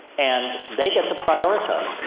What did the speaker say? and they get to prioritize,